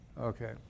Okay